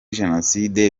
jenoside